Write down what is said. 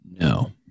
no